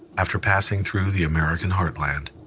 after passing through the american heartland,